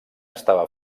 estava